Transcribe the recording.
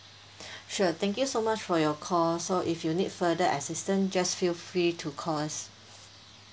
sure thank you so much for your call so if you need further assistant just feel free to call us